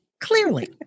Clearly